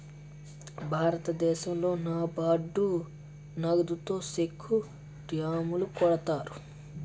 భారతదేశంలో నాబార్డు నగదుతో సెక్కు డ్యాములు కడతారు